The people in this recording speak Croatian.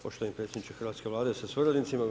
Poštovani predsjedniče Hrvatske vlade sa suradnicima.